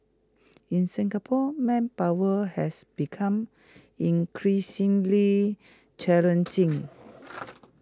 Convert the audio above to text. in Singapore manpower has become increasingly challenging